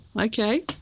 okay